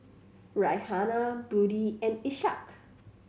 Raihana Budi and Ishak